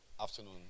afternoon